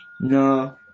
No